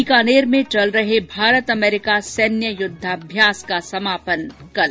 बीकानेर में चल रहे भारत अमेरिका सैन्य युद्वाभ्यास का समापन कल